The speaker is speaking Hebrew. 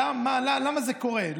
למה זה קורה?